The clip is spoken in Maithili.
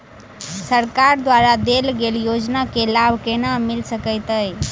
सरकार द्वारा देल गेल योजना केँ लाभ केना मिल सकेंत अई?